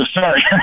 sorry